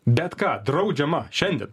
bet ką draudžiama šiandien